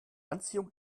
anziehung